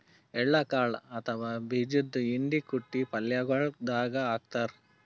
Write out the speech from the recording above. ಎಳ್ಳ ಕಾಳ್ ಅಥವಾ ಬೀಜದ್ದು ಹಿಂಡಿ ಕುಟ್ಟಿ ಪಲ್ಯಗೊಳ್ ದಾಗ್ ಹಾಕ್ತಾರ್